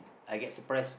I get surprise